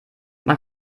man